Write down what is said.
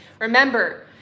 Remember